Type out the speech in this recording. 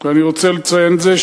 אני רוצה לציין את זה,